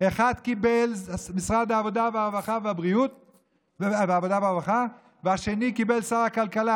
אחד קיבל את משרד העבודה והרווחה והשני קיבל את שר הכלכלה,